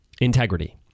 integrity